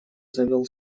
завёл